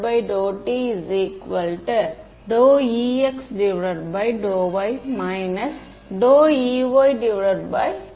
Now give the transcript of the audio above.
partial derivatives term உடனோ unit வெக்டருடனோ வந்தது அல்ல